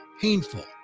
painful